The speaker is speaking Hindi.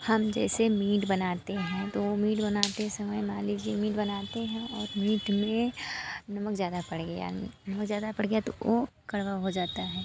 हम जैसे मीट बनाते हैं तो वो मीट बनाते समय मान लीजिए मीट बनाते हैं और मीट में नमक ज़्यादा पड़ गया नमक ज़्यादा पड़ गया तो वो कड़वा हो जाता है